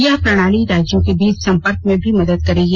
यह प्रणाली राज्यों के बीच संपर्क में भी मदद करेगी